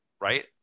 Right